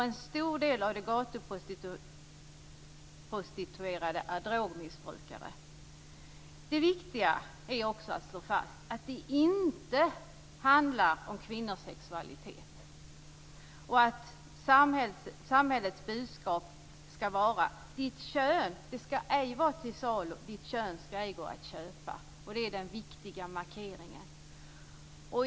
En stor del av de gatuprostituerade är drogmissbrukare. Det viktiga är också att slå fast att det inte handlar om kvinnors sexualitet och att samhällets budskap skall vara: Ditt kön skall ej vara till salu, och ditt kön skall ej gå att köpa. Det är den viktiga markeringen.